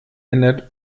ändert